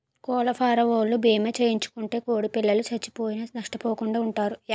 కోళ్లఫారవోలు భీమా చేయించుకుంటే కోడిపిల్లలు సచ్చిపోయినా నష్టపోకుండా వుంటారు